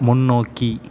முன்னோக்கி